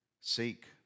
seek